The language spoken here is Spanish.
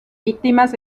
víctimas